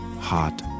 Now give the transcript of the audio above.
Hot